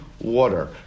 water